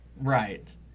right